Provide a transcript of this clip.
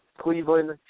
Cleveland